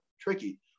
tricky